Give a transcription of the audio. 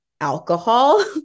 Alcohol